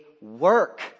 work